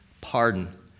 pardon